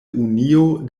unio